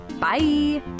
Bye